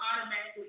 automatically